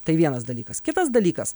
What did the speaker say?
tai vienas dalykas kitas dalykas